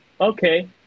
okay